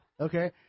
Okay